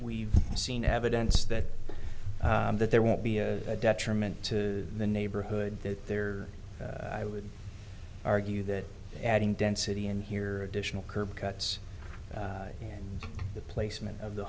we've seen evidence that that there won't be a detriment to the neighborhood that there i would argue that adding density in here additional curb cuts in the placement of the